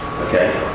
Okay